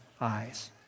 eyes